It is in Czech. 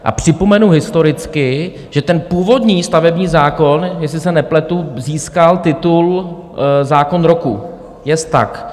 A připomenu historicky, že ten původní stavební zákon, jestli se nepletu, získal titul zákon roku, jest tak?